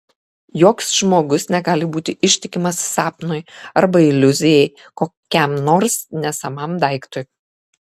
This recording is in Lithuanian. joks žmogus negali būti ištikimas sapnui arba iliuzijai kokiam nors nesamam daiktui